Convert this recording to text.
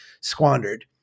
squandered